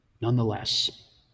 nonetheless